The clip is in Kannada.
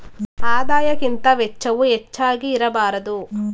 ಆದಾಯಕ್ಕಿಂತ ವೆಚ್ಚವು ಹೆಚ್ಚಾಗಿ ಇರಬಾರದು